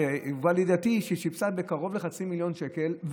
שהובאה לידיעתי: הוא שיפץ בקרוב לחצי מיליון שקל,